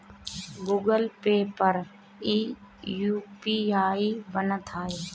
Google Pay पर इ UPI बनत हअ